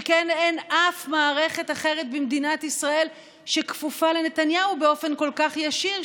שכן אין אף מערכת אחרת במדינת ישראל שכפופה לנתניהו באופן כל כך ישיר,